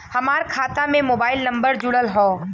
हमार खाता में मोबाइल नम्बर जुड़ल हो?